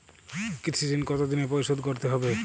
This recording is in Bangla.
কৃষি ঋণ কতোদিনে পরিশোধ করতে হবে?